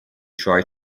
try